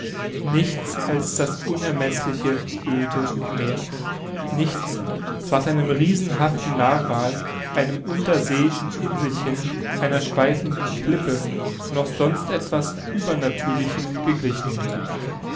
nichts als das unermeßliche öde meer nichts was einem riesenhaften narwal einem unterseeischen inselchen einer schweifenden klippe noch sonst etwas uebernatürlichem geglichen hätte